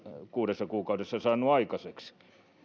kuudessa kuukaudessa saanut aikaiseksi